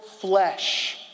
flesh